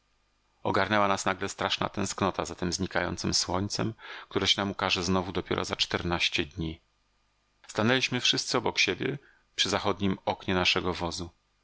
ogarnęła nas nagle straszna tęsknota za tem znikającem słońcem które się nam ukaże znowu dopiero za czternaście dni stanęliśmy wszyscy obok siebie przy zachodnim oknie naszego wozu